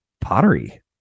pottery